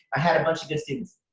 i had a bunch of good students.